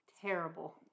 terrible